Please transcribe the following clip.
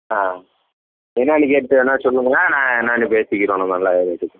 ஆ என்னென்னு கேட்டு வேணால் சொல்லுங்கள் நான் என்னென்னு பேசிக்கிறோம் நல்ல ரேட்டுக்கு